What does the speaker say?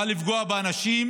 בא לפגוע באנשים